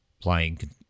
playing